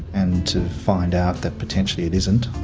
and to find out that potentially it isn't,